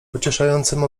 pocieszającym